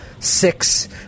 Six